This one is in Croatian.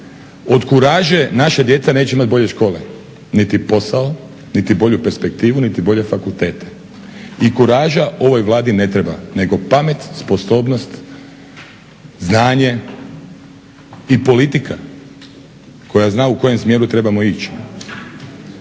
Od kuraže naša djeca neće imati bolje škole, niti posao niti bolju perspektivu niti bolje fakultete. I kuraža ovoj Vladi ne treba nego pamet, sposobnost, znanje i politika koja zna u kojem smjeru trebamo ići.